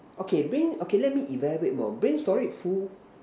okay brain okay let me elaborate more brain storage full